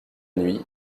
nuit